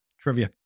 trivia